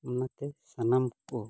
ᱚᱱᱟᱛᱮ ᱥᱟᱱᱟᱢ ᱠᱚ